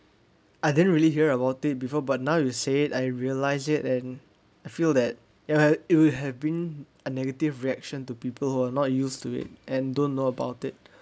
I didn't really hear about it before but now you say it I realize it and I feel that it will it will have been a negative reaction to people who are not used to it and don't know about it